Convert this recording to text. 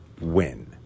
win